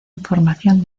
información